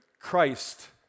Christ